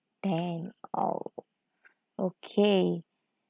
ten oh okay